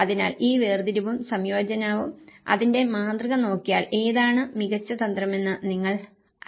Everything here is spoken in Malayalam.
അതിനാൽ ഈ വേർതിരിവും സംയോജനാവും അതിന്റെ മാതൃക നോക്കിയാൽ ഏതാണ് മികച്ച തന്ത്രമെന്ന് നിങ്ങൾ അറിയുക